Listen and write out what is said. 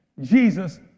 Jesus